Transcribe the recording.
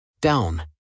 Down